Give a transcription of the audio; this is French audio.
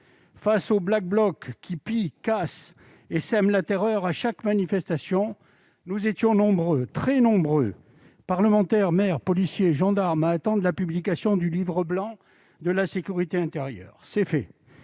face aux Black Blocs qui pillent, cassent et sèment la terreur à chaque manifestation, nous étions très nombreux, parlementaires, maires, policiers et gendarmes, à attendre la publication du Livre blanc de la sécurité intérieure. C'est fait.